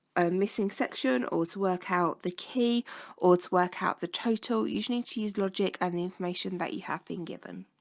a missing section or to work out the key or to work out the total usually to use logic and the information that you have been given